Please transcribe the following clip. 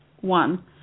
one